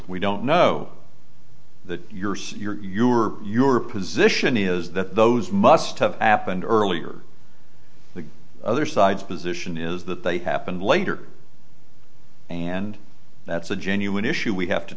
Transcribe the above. we don't know that you're secure your position is that those must have happened earlier the other side's position is that they happened later and that's a genuine issue we have to